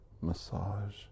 massage